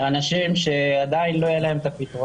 אנשים שעדיין לא יהיה להם את הפתרונות,